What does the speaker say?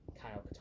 kyle